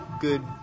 good